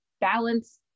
balance